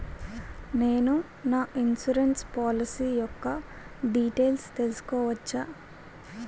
నేను నా insurance policy యెక్క డీటైల్స్ తెల్సుకోవచ్చా?